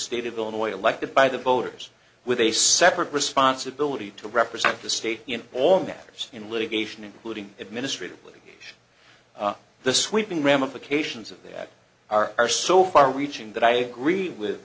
state of illinois elected by the voters with a separate responsibility to represent the state in all matters in litigation including administratively the sweeping ramifications of that are are so far reaching that i agree with